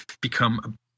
become